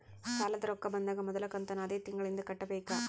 ಸಾಲದ ರೊಕ್ಕ ಬಂದಾಗ ಮೊದಲ ಕಂತನ್ನು ಅದೇ ತಿಂಗಳಿಂದ ಕಟ್ಟಬೇಕಾ?